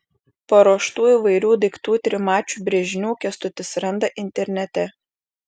paruoštų įvairių daiktų trimačių brėžinių kęstutis randa internete